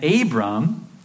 Abram